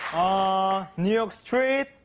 ah, new york strip.